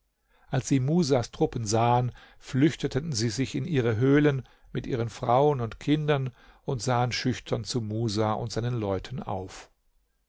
als sie musas truppen sahen flüchteten sie sich in ihre höhlen mit ihren frauen und kindern und sahen schüchtern zu musa und seinen leuten auf